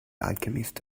alchemist